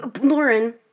Lauren